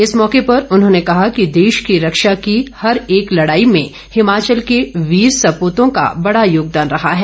इस मौके पर उन्होंने कहा कि देश की रक्षा की हर एक लड़ाई में हिमाचल के वीर सपूतों का बड़ा योगदान रहा है